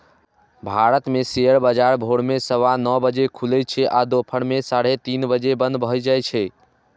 भारत मे शेयर बाजार भोर मे सवा नौ बजे खुलै छै आ दुपहर मे साढ़े तीन बजे बंद भए जाए छै